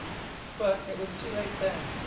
but it was too late then.